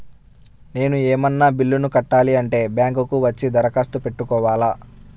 నేను ఏమన్నా బిల్లును కట్టాలి అంటే బ్యాంకు కు వచ్చి దరఖాస్తు పెట్టుకోవాలా?